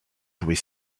jouer